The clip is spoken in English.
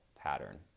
pattern